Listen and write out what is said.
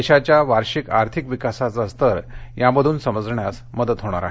देशाच्या वार्षिक आर्थिक विकासाचा स्तर यामधून समजण्यास मदत होणार आहे